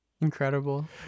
Incredible